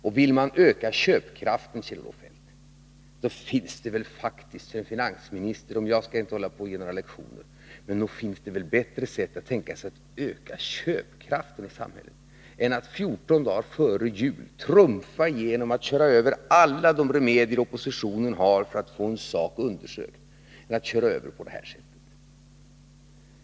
Jag skall inte ge några lektioner, men nog måste väl en finansminister som vill öka köpkraften i samhället ha bättre sätt att göra detta än att 14 dagar före jul trumfa igenom en åtgärd som innebär att alla de remedier som oppositionen har för att få en fråga undersökt körs över.